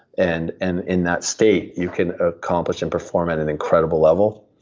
and and in that state, you can accomplish and perform at an incredible level.